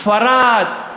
ספרד,